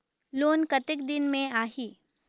Loan कतेक दिन मे आही?